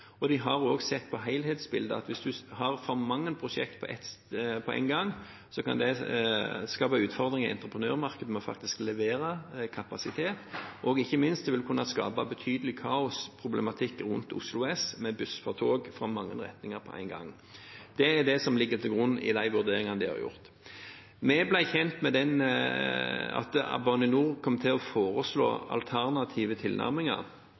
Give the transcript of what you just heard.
og en har også sett på helhetsbildet. Hvis en har for mange prosjekter på en gang, kan det skape utfordringer i entreprenørmarkedet som faktisk skal levere kapasitet, og ikke minst vil det kunne skape betydelig kaosproblematikk rundt Oslo S med buss for tog i mange retninger på en gang. Det er det som ligger til grunn for de vurderingene som er gjort. Vi ble kjent med at Bane NOR kom til å foreslå alternative tilnærminger